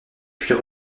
puis